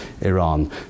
Iran